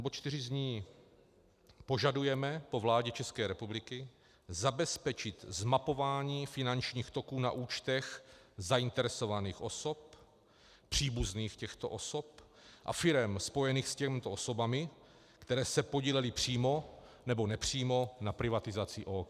Bod 4 zní: Požadujeme po vládě České republiky zabezpečit zmapování finančních toků na účtech zainteresovaných osob, příbuzných těchto osob a firem spojených s těmito osobami, které se podílely přímo nebo nepřímo na privatizaci OKD.